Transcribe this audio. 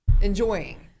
enjoying